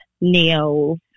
nails